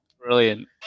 Brilliant